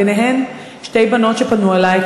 ובהם שתי בנות שפנו אלי,